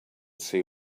see